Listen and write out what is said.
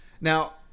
Now